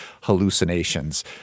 hallucinations